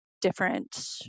different